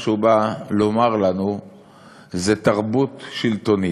מה שהוא בא לומר לנו זה: תרבות שלטונית.